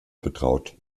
betraut